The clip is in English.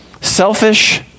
selfish